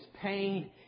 pain